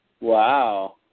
wow